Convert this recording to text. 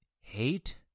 hate